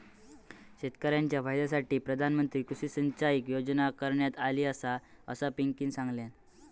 शेतकऱ्यांच्या फायद्यासाठी प्रधानमंत्री कृषी सिंचाई योजना करण्यात आली आसा, असा पिंकीनं सांगल्यान